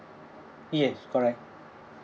yes correct